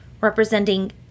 representing